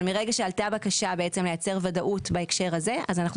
אבל מרגע שעלתה בקשה לייצר ודאות בהקשר הזה אז אנחנו